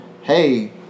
hey